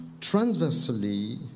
transversely